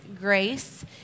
grace